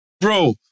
Bro